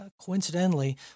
coincidentally